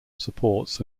supports